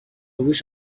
wish